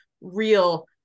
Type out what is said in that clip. Real